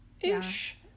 ish